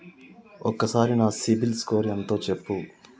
ఒక్కసారి నా సిబిల్ స్కోర్ ఎంత చెప్పు?